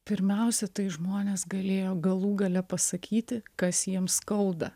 pirmiausia tai žmonės galėjo galų gale pasakyti kas jiems skauda